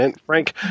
Frank